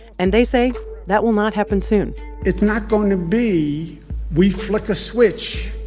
and they say that will not happen soon it's not going to be we flick a switch,